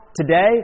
today